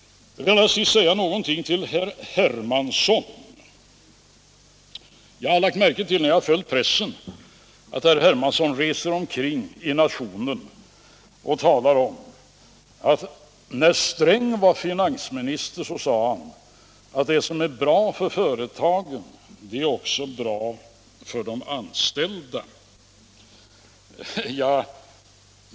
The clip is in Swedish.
Jag vill till sist säga någonting till herr Hermansson. Jag har lagt märke till när jag har följt med i pressen att herr Hermansson reser omkring i nationen och talar om att när Sträng var finansminister sade han, att det som är bra för företagen också är bra för de anställda.